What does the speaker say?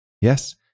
Yes